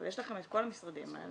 אבל יש לכם את כל המשרדים האלה.